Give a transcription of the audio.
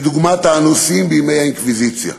כדוגמת האנוסים בימי האינקוויזיציה